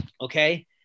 Okay